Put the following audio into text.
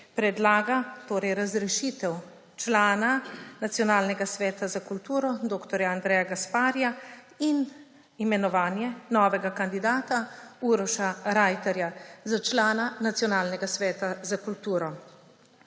predlaga torej razrešitev člana Nacionalnega sveta za kulturo dr. Andreja Gasparija in imenovanje novega kandidata, Uroša Reiterja, za člana Nacionalnega sveta za kulturo.